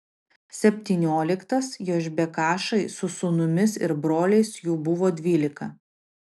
septynioliktas jošbekašai su sūnumis ir broliais jų buvo dvylika